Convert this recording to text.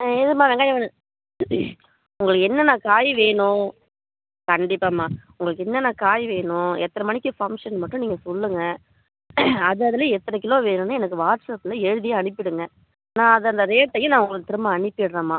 ஆ எதுவும்மா வெங்காயம் உங்களுக்கு என்னென்ன காய் வேணும் கண்டிப்பாகம்மா உங்களுக்கு என்னென்ன காய் வேணும் எத்தனை மணிக்கு ஃபங்க்ஷன்னு மட்டும் நீங்கள் சொல்லுங்கள் அது அதில் எத்தனை கிலோ வேணும்ன்னு எனக்கு வாட்ஸப்பில் எழுதியும் அனுப்பிவிடுங்க நான் அந்தந்த ரேட்டையும் நான் உங்களுக்கு திரும்ப அனுப்பிவிட்றேம்மா